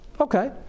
Okay